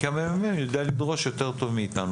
כי הממ"מ יודע לדרוש יותר טוב מאיתנו.